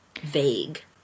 vague